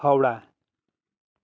Howrah